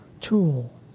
tool